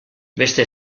beste